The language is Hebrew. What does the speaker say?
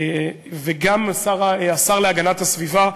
וגם השר להגנת הסביבה,